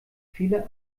viele